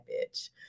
bitch